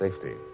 safety